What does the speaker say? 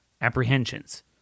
Apprehensions